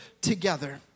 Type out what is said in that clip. together